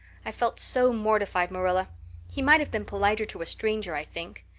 i felt so mortified, marilla he might have been politer to a stranger, i think.